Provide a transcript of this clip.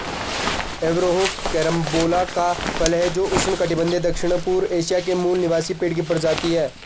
Averrhoa carambola का फल है जो उष्णकटिबंधीय दक्षिणपूर्व एशिया के मूल निवासी पेड़ की प्रजाति है